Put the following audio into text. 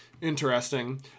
Interesting